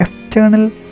external